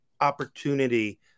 opportunity